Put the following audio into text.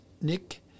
Nick